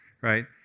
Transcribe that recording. right